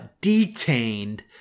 detained